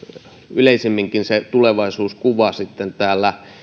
yleisemminkin se tulevaisuuskuva tämän